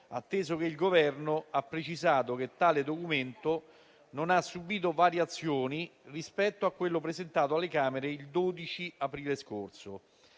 atteso che il Governo ha precisato che tale Documento non ha subito variazioni rispetto a quello presentato alle Camere il 12 aprile scorso.